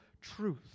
truth